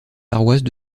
paroisses